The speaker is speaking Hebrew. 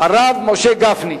הרב משה גפני.